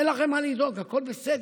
אין לכם מה לדאוג, הכול בסדר.